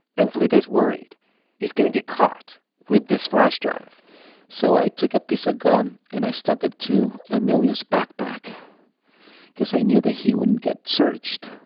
and felipe is worried he's going to get caught with this flash drive so i took a piece of gum, and i stuck it to emilio's backpack cause i knew that he wouldn't get searched.